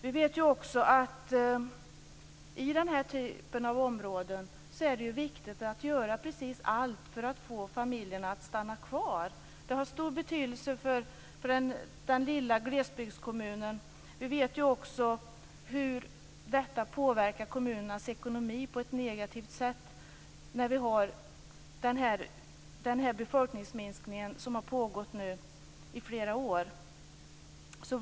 Vi vet också att det i den här typen av områden är viktigt att göra precis allt för att få familjerna att stanna kvar. Det har stor betydelse för den lilla glesbygdskommunen. Vi vet också hur detta påverkar kommunernas ekonomi på ett negativt sätt, med den befolkningsminskning som har pågått i flera år.